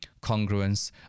congruence